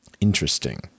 Interesting